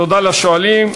תודה לשואלים.